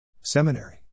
seminary